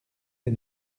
des